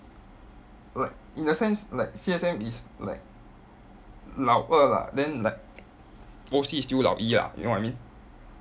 like in the sense like C_S_M is like 老二 lah then like O_C is still 老一 lah you know what I mean